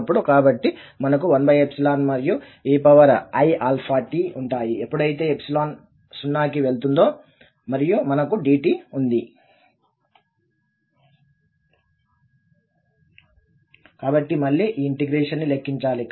కాబట్టి మనకు 1 మరియు eiαt ఉంటాయి ఎపుడైతే 0 కి వెళ్తుందో మరియు మనకు dt ఉంది కాబట్టి మళ్లీ ఈ ఇంటిగ్రేషన్ ని లెక్కించాలి